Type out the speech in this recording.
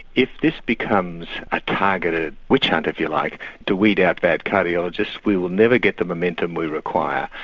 if this becomes a targeted witch hunt if you like to weed out bad cardiologists we will never get the momentum we require.